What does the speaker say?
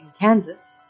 Kansas